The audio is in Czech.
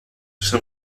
jsem